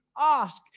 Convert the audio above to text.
ask